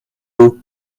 vous